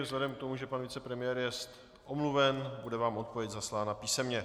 Vzhledem k tomu, že pan vicepremiér je omluven, bude vám odpověď zaslána písemně.